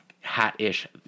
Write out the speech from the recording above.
hat-ish